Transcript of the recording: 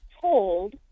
told